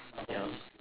yup